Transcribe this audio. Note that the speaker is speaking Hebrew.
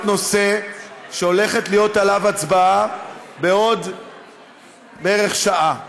נושא שהולכת להיות עליו הצבעה בעוד שעה בערך.